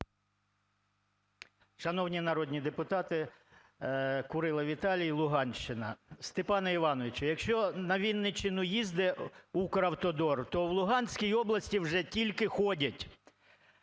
Шановні народні депутати! Курило Віталій, Луганщина. Степане Івановичу, якщо на Вінниччину їздить Укравтодор, то в Луганській області вже тільки ходять.